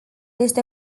este